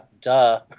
Duh